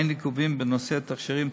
אין עיכובים בנושא תכשירים,